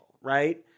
right